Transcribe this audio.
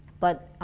but,